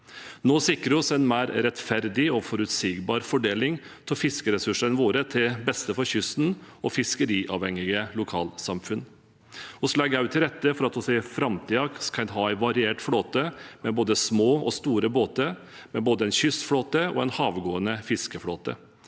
Nå sikrer vi en mer rettferdig og forutsigbar fordeling av fiskeressursene våre, til beste for kysten og fiskeriavhengige lokalsamfunn. Vi legger til rette for at vi også i framtiden skal ha en variert flåte med både små og store båter, med både en kystflåte og en havgående fiskeflåte.